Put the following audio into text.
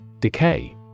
Decay